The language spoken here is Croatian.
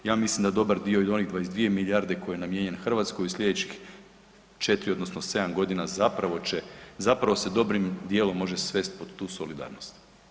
Ja mislim da dobar dio i onih 22 milijarde koji je namijenjen Hrvatskoj u slijedećih 4 odnosno 7 godina zapravo će, zapravo se dobrim dijelom može svesti pod tu solidarnost.